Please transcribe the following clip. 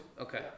okay